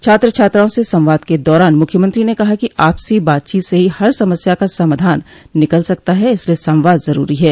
छात्र छात्राओं से संवाद के दौरान मुख्यमंत्री ने कहा कि आपसी बातचीत से ही हर समस्या का समाधन निकल सकता है इसलिए संवाद जरूरी है